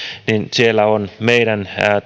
siellä ovat meidän